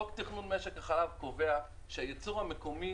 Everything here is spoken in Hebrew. חוק תכנון משק החלב קובע שהייצור המקומי